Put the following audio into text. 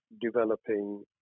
developing